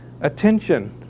attention